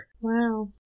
Wow